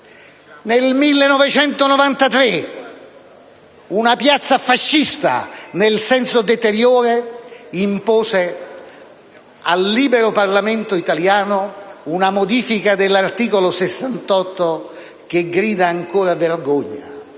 Nel 1993 una piazza fascista, nel senso deteriore, impose al libero Parlamento italiano una modifica dell'articolo 68 della Costituzione che grida ancora vergogna.